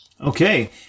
Okay